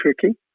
tricky